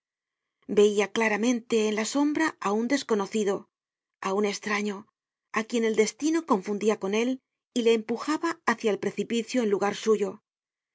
veia claramente en la sombra á un desconocido á un estraño á quien el destino confundia con él y le empujaba hácia el precipicio en lugar suyo era